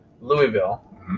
Louisville